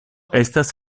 estas